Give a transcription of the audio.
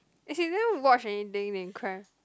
as in you never watch anything then you cry